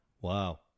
Wow